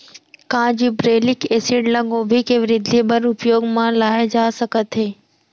का gibberellic acid ल गोभी के वृद्धि बर उपयोग म लाये जाथे सकत हे?